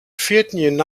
vierten